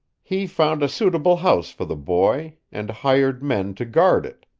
he found a suitable house for the boy, and hired men to guard it.